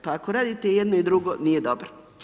Pa ako radite i jedno i drugo, nije dobro.